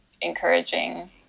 encouraging